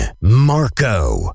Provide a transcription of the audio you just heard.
Marco